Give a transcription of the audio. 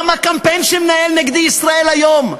גם הקמפיין שמנהל נגדי "ישראל היום"